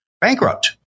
bankrupt